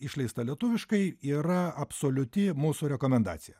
išleista lietuviškai yra absoliuti mūsų rekomendacija